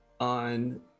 on